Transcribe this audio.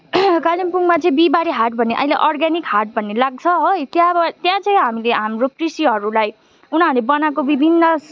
कालिम्पोङमा चाहिँ बिहिबारे हाट भन्ने अहिले अर्ग्यानिक हाट भन्ने लाग्छ है त्यहाँबाट त्यहाँ चाहिँ हामीले हाम्रो कृषिहरूलाई उनीहरूले बनाएको विभिन्न